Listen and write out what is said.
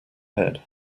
head